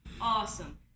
awesome